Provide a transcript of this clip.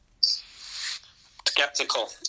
Skeptical